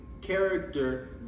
character